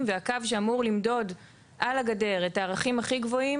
והקו שאמור למדוד על הגדר את הערכים הכי גבוהים,